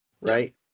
Right